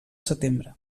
setembre